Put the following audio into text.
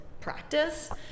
practice